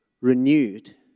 renewed